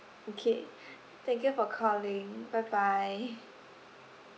okay thank you for calling bye bye